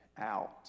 out